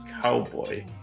Cowboy